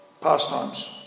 pastimes